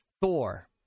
Thor